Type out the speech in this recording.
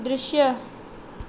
दृश्य